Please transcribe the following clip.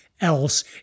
else